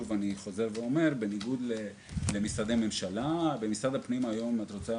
אני חוזר בניגוד למשרדי ממשלה; במשרד הפנים אם את רוצה